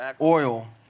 oil